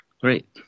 Great